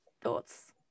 Thoughts